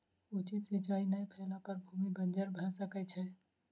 उचित सिचाई नै भेला पर भूमि बंजर भअ सकै छै